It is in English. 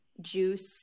juice